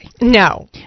No